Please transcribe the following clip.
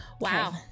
Wow